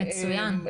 מצוין, אני שמחה.